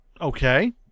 Okay